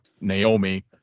Naomi